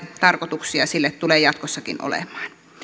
tarkoituksia sille tulee jatkossakin olemaan